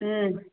ம்